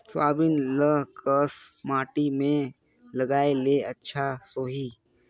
Soybean ल कस माटी मे लगाय ले अच्छा सोही?